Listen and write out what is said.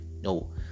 no